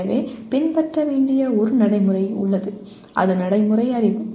எனவே பின்பற்ற வேண்டிய ஒரு நடைமுறை உள்ளது அது நடைமுறை அறிவு